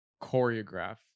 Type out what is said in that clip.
choreograph